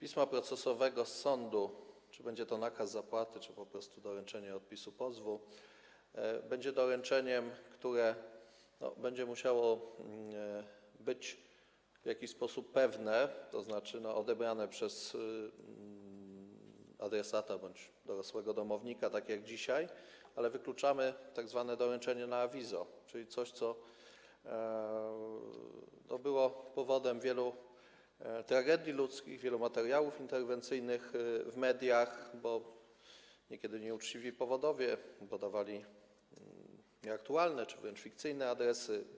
pisma procesowego z sądu, czy będzie to nakaz zapłaty, czy po prostu doręczenie odpisu pozwu, będzie doręczeniem, które będzie musiało być w jakiś sposób pewne, tzn. przesyłka będzie musiała być odebrana przez adresata bądź dorosłego domownika, tak jak dzisiaj, ale wykluczamy tzw. doręczenie na awizo, czyli coś, co było powodem wielu tragedii ludzkich, wielu materiałów interwencyjnych w mediach, bo niekiedy nieuczciwi powodowie podawali nieaktualne czy wręcz fikcyjne adresy.